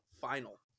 Final